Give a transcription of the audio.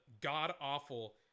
god-awful